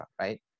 right